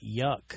Yuck